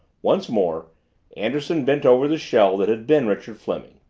once more anderson bent over the shell that had been richard fleming.